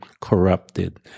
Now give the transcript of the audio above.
corrupted